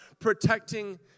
protecting